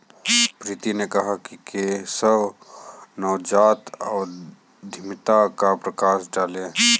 प्रीति ने कहा कि केशव नवजात उद्यमिता पर प्रकाश डालें